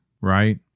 right